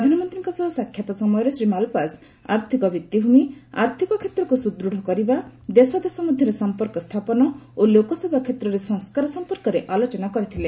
ପ୍ରଧାନମନ୍ତ୍ରୀଙ୍କ ସହ ସାକ୍ଷାତ ସମୟରେ ଶ୍ରୀ ମାଲପାସ ଆର୍ଥିକ ଭିଭିଭୂମି ଆର୍ଥିକ କ୍ଷେତ୍ରକୁ ସୁଦୃଢ଼ କରିବା ଦେଶ ଦେଶ ମଧ୍ୟରେ ସଂପର୍କ ସ୍ଥାପନ ଓ ଲୋକସେବା କ୍ଷେତ୍ରରେ ସଂସ୍କାର ସଂପର୍କରେ ଆଲୋଚନା କରିଥିଲେ